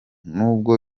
nubwo